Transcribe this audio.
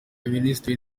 minisitiri